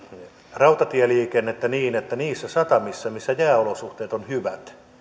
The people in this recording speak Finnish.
rautatieliikennettä niin että niissä satamissa missä jääolosuhteet ovat hyvät